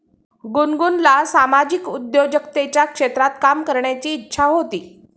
गुनगुनला सामाजिक उद्योजकतेच्या क्षेत्रात काम करण्याची इच्छा होती